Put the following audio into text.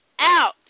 out